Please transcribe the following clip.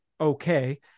okay